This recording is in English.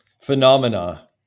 phenomena